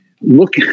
look